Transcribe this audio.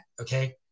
okay